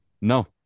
No